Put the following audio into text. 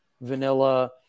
Vanilla